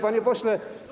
Panie Pośle!